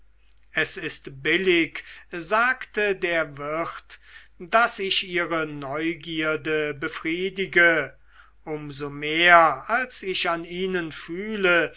es ist billig sagte der wirt daß ich ihre neugierde befriedige um so mehr als ich an ihnen fühle